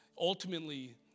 ultimately